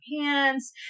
pants